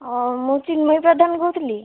ଅ ମୁଁ ଚିନ୍ମୟୀ ପ୍ରଧାନ କହୁଥିଲି